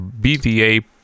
BDA